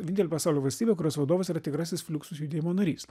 vienintelė pasaulio valstybė kurios vadovas yra tikrasis fliuxus judėjimo narys